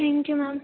thank you ma'am